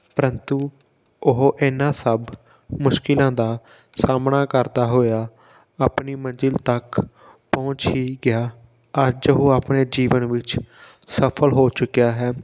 ਪਰੰਤੂ ਉਹ ਇਹਨਾਂ ਸਭ ਮੁਸ਼ਕਿਲਾਂ ਦਾ ਸਾਹਮਣਾ ਕਰਦਾ ਹੋਇਆ ਆਪਣੀ ਮੰਜ਼ਿਲ ਤੱਕ ਪਹੁੰਚ ਹੀ ਗਿਆ ਅੱਜ ਉਹ ਆਪਣੇ ਜੀਵਨ ਵਿੱਚ ਸਫਲ ਹੋ ਚੁੱਕਿਆ ਹੈ